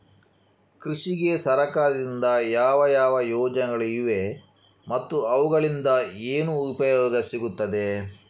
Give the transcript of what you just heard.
ಕೃಷಿಗೆ ಸರಕಾರದಿಂದ ಯಾವ ಯಾವ ಯೋಜನೆಗಳು ಇವೆ ಮತ್ತು ಅವುಗಳಿಂದ ಏನು ಉಪಯೋಗ ಸಿಗುತ್ತದೆ?